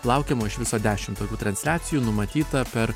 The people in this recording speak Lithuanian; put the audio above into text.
laukiam o iš viso dešim tokių transliacijų numatyta per